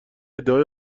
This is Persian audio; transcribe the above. ادعای